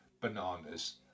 bananas